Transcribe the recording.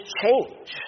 change